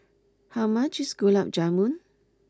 how much is Gulab Jamun